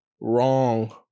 wrong